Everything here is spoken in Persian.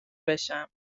بشم